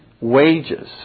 wages